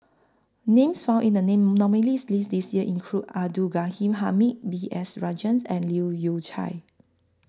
Names found in The nominees' list This Year include Abdul Ghani Hamid B S Rajhans and Leu Yew Chye